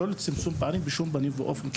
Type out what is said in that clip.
לא לצמצום פערים בשום פנים ואופן.